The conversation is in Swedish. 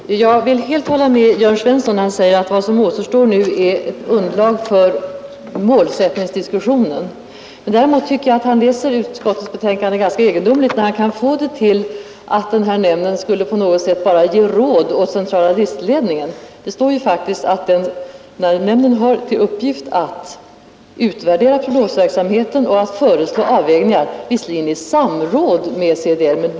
Herr talman! Jag vill helt hålla med herr Jörn Svensson när han säger att vad som behövs nu är ett underlag för målsättningsdiskussionen. Däremot tycker jag att han läser utskottets betänkande ganska egendomligt när han kan få det till att nämnden på något sätt bara skall ge råd åt centrala driftledningen. Det står faktiskt att nämnden har till uppgift att ”utvärdera prognosverksamheten och föreslå avvägningar”, visserligen i samråd med centrala driftledningen.